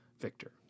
Victor